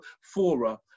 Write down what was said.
fora